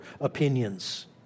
opinions